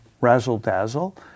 razzle-dazzle